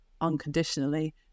unconditionally